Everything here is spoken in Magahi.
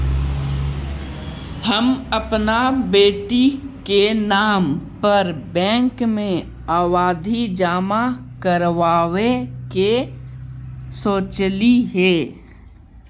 हम अपन बेटी के नाम पर बैंक में आवधि जमा करावावे के सोचली हे